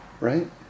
Right